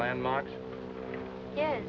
landmarks ye